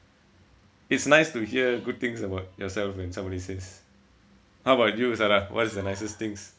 it's nice to hear good things about yourself when somebody says how about you sala what is the nicest things